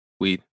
Weed